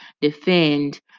defend